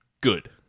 good